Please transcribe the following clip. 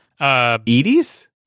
Edie's